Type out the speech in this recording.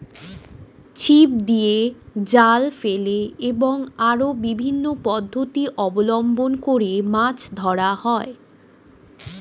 ছিপ দিয়ে, জাল ফেলে এবং আরো বিভিন্ন পদ্ধতি অবলম্বন করে মাছ ধরা হয়